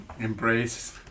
Embrace